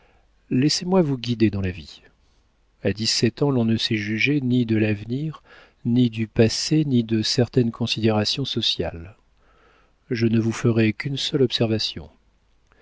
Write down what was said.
laissez-moi vous guider dans la vie a dix-sept ans on ne sait juger ni de l'avenir ni du passé ni de certaines considérations sociales je ne vous ferai qu'une seule observation